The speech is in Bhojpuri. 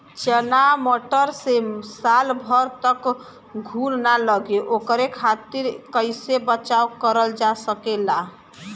चना मटर मे साल भर तक घून ना लगे ओकरे खातीर कइसे बचाव करल जा सकेला?